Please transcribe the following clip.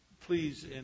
please